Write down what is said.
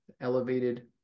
elevated